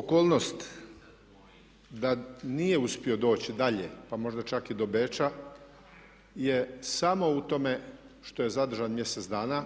okolnost da nije uspio doći dalje, pa možda čak i do Beča, je samo u tome što je zadržan mjesec dana,